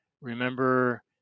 Remember